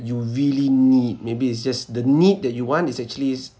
you really need maybe it's just the need that you want is actually is